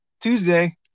Tuesday